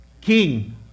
King